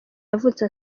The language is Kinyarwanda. yavutse